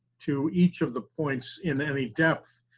to each of the points in any depth,